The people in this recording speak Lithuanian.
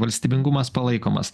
valstybingumas palaikomas